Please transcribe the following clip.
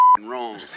wrong